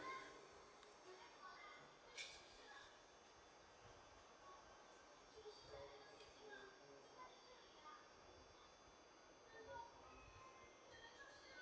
so